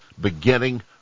beginning